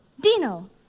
Dino